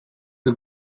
the